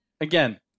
again